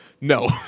No